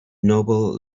noble